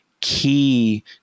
key